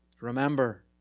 Remember